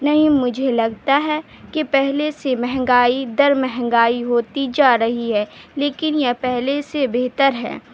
نہیں مجھے لگتا ہے کہ پہلے سے مہنگائی در مہنگائی ہوتی جا رہی ہے لیکن یہ پہلے سے بہتر ہے